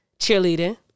cheerleading